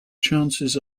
chances